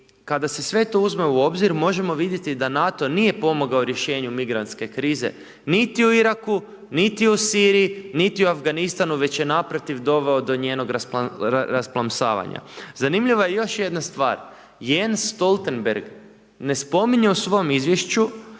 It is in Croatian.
kada se sve to uzme u obzir, možemo vidjeti da NATO nije pomogao rješenju migrantske krize, niti u Iraku, niti u Siriji, niti u Afganistanu, već je naprotiv doveo do njegovog rasplamsavanja. Zanimljiva je još jedna stvar. Jens Stoltenberg ne spominje u svom Izvješću